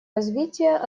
развития